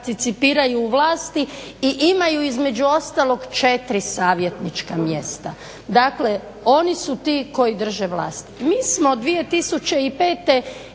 participiraju u vlasti i imaju između ostalog 4 savjetnička mjesta. Dakle, oni su ti koji drže vlast. Mi smo 2005.